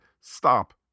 stop